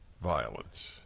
violence